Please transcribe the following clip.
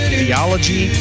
theology